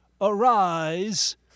Arise